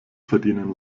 verdienen